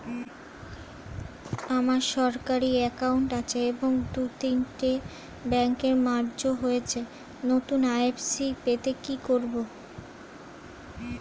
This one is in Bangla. আমার সরকারি একাউন্ট আছে এবং দু তিনটে ব্যাংক মার্জ হয়েছে, নতুন আই.এফ.এস.সি পেতে কি করব?